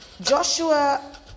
Joshua